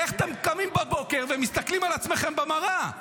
איך אתם קמים בבוקר ומסתכלים על עצמכם במראה?